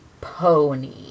pony